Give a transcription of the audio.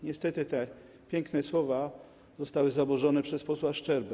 Niestety te piękne słowa zostały zaburzone przez posła Szczerbę.